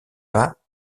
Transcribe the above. pas